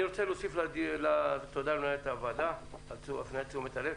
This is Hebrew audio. אני רוצה להוסיף תודה למנהלת הוועדה על הפניית תשומת הלב: